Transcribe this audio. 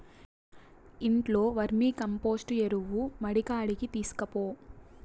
ఇంట్లో వర్మీకంపోస్టు ఎరువు మడికాడికి తీస్కపో